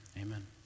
amen